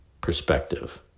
perspective